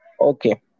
Okay